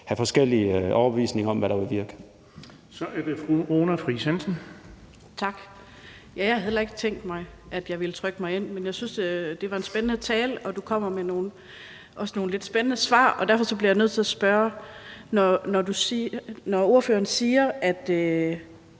Bonnesen): Så er det fru Runa Friis Hansen. Kl. 15:46 Runa Friis Hansen (EL): Tak. Jeg havde heller ikke tænkt mig, at jeg ville trykke mig ind, men jeg synes, det var en spændende tale, og du kommer også med nogle lidt spændende svar, og derfor bliver jeg nødt til at spørge: Når ordføreren siger det